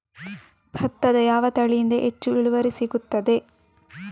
ಭತ್ತದ ಯಾವ ತಳಿಯಿಂದ ಹೆಚ್ಚು ಇಳುವರಿ ಸಿಗುತ್ತದೆ?